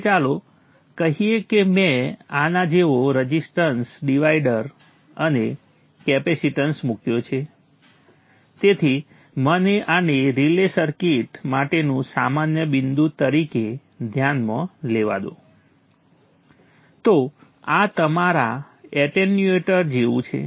હવે ચાલો કહીએ કે મેં આના જેવો રઝિસ્ટન્સ ડિવાઈડર અને કેપેસીટન્સ મૂક્યો છે તેથી મને આને રિલે સર્કિટ માટેનું સામાન્ય બિંદુ તરીકે ધ્યાનમાં લેવા દો તો આ તમારા એટેન્યુએટર જેવું છે